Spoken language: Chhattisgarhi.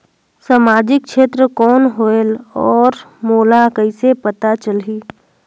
समाजिक क्षेत्र कौन होएल? और मोला कइसे पता चलही?